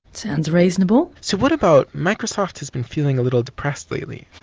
sounds reasonable. so what about microsoft has been feeling a little depressed lately.